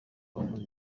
uwakoze